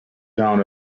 down